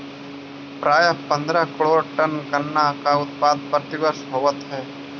प्रायः पंद्रह करोड़ टन गन्ना का उत्पादन प्रतिवर्ष होवत है